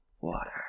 water